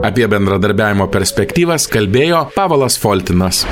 apie bendradarbiavimo perspektyvas kalbėjo pavelas foltinas